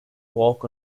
walk